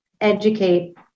educate